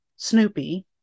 snoopy